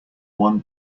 one